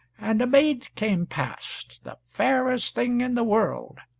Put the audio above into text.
and a maid came past, the fairest thing in the world,